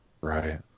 right